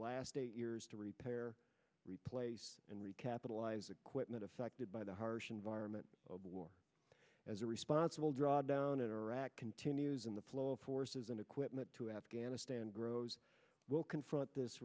last eight years to repair replace and recapitalise equipment affected by the harsh environment of war as a responsible drawdown in iraq continues in the flow of forces and equipment to afghanistan grows will confront this